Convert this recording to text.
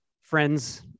friends